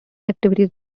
activities